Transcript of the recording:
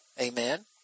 Amen